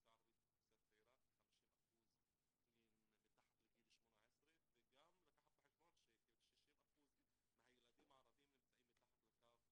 האוכלוסייה הערבית היא אוכלוסייה צעירה ו-50 אחוזים ממנה מתחת לגיל 18. צריך גם לקחת בחשבון שכ-60 אחוזים מהילדים הערבים נמצאים מתחת לקו העוני.